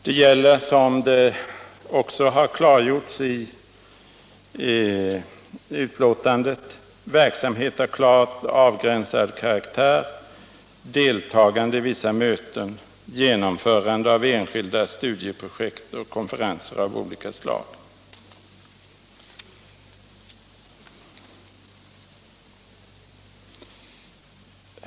Det gäller, som också har klargjorts i betänkandet, verksamhet av klart avgränsad karaktär, deltagande i vissa möten, genomförande av enskilda studieprojekt och konferenser av olika slag.